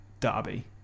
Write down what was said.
Derby